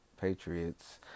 Patriots